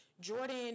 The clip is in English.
Jordan